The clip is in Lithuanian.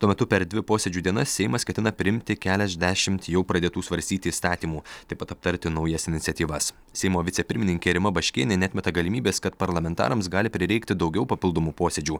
tuo metu per dvi posėdžių dienas seimas ketina priimti keliasdešimt jau pradėtų svarstyti įstatymų taip pat aptarti naujas iniciatyvas seimo vicepirmininkė rima baškienė neatmeta galimybės kad parlamentarams gali prireikti daugiau papildomų posėdžių